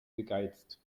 gegeizt